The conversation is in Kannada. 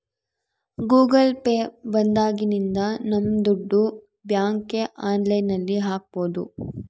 ಗೂಗಲ್ ಪೇ ಬಂದಾಗಿನಿಂದ ನಮ್ ದುಡ್ಡು ಬ್ಯಾಂಕ್ಗೆ ಆನ್ಲೈನ್ ಅಲ್ಲಿ ಹಾಕ್ಬೋದು